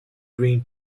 green